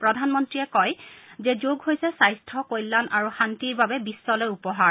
প্ৰধানমন্ৰীয়ে কয় যে যোগ হৈছে স্বাস্থ্য কল্যাণ আৰু শান্তিৰ বাবে বিশ্বলৈ উপহাৰ